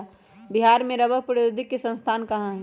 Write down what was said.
बिहार में रबड़ प्रौद्योगिकी के संस्थान कहाँ हई?